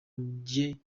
rye